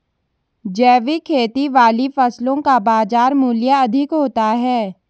जैविक खेती वाली फसलों का बाजार मूल्य अधिक होता है